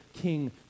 king